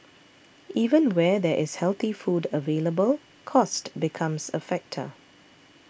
even where there is healthy food available cost becomes a factor